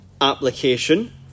application